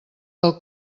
del